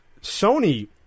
Sony